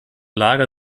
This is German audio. lager